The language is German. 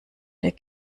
der